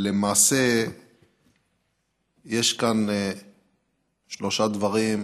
למעשה יש כאן שלושה דברים,